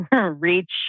reach